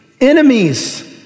enemies